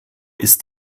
ist